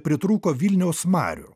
pritrūko vilniaus marių